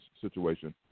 situation